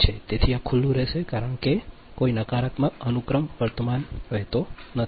તેથી આ ખુલ્લું રહેશે કારણ કે કોઈ નકારાત્મક અનુક્રમ વર્તમાન વહેતો નથી